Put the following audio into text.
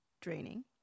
draining